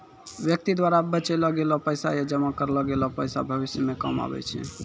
व्यक्ति द्वारा बचैलो गेलो पैसा या जमा करलो गेलो पैसा भविष्य मे काम आबै छै